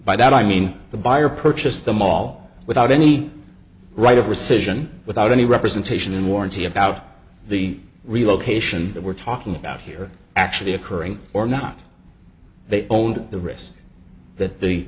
by that i mean the buyer purchased them all without any right of rescission without any representation and warranty about the relocation that we're talking about here actually occurring or not they owned the risk that the